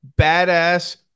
badass